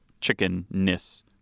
chicken-ness